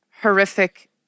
horrific